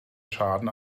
schaden